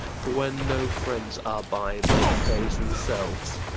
for when no friends are by, men praise themselves.